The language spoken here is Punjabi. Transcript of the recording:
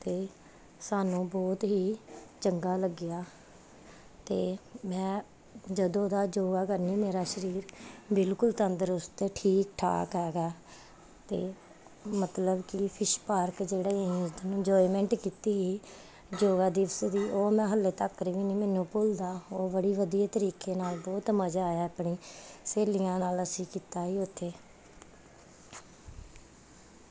ਅਤੇ ਸਾਨੂੰ ਬਹੁਤ ਹੀ ਚੰਗਾ ਲੱਗਿਆ ਅਤੇ ਮੈਂ ਜਦੋਂ ਦਾ ਯੋਗਾ ਕਰਨਾ ਮੇਰਾ ਸਰੀਰ ਬਿਲਕੁਲ ਤੰਦਰੁਸਤ ਠੀਕ ਠਾਕ ਹੈਗਾ ਅਤੇ ਮਤਲਬ ਕਿ ਫਿਸ਼ ਪਾਰਕ ਜਿਹੜਾ ਇੰਜੋਇਮੈਂਟ ਕੀਤੀ ਸੀ ਯੋਗਾ ਦਿਵਸ ਦੀ ਉਹ ਮੈਂ ਹਾਲੇ ਤੱਕ ਵੀ ਨਹੀ ਮੈਨੂੰ ਭੁੱਲਦਾ ਉਹ ਬੜੀ ਵਧੀਆ ਤਰੀਕੇ ਨਾਲ ਬਹੁਤ ਮਜ਼ਾ ਆਇਆ ਆਪਣੀਆਂ ਸਹੇਲੀਆਂ ਨਾਲ ਅਸੀਂ ਕੀਤਾ ਸੀ ਉੱਥੇ